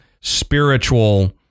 spiritual